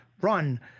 run